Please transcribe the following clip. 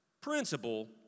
Principle